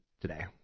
today